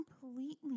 completely